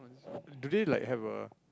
do they like have a